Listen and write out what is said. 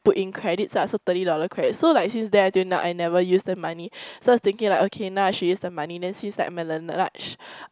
put in credits ah so thirty dollar credit so like since then until now I never use the money so I was thinking like okay now I should use the money then since like my Laneige